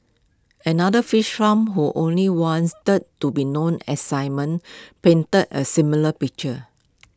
another fish farmer who only wanted to be known as simon painted A similar picture